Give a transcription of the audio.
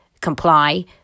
comply